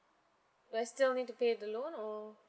do I still need to pay the loan or